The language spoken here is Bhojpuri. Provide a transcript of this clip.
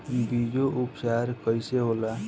बीजो उपचार कईसे होला?